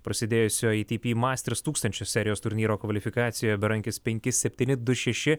prasidėjusio ei ty py masters tūkstančio serijos turnyro kvalifikacijoje berankis penki septyni du šeši